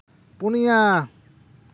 ᱯᱩᱱᱭᱟ